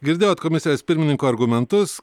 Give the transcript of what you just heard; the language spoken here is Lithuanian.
girdėjot komisijos pirmininko argumentus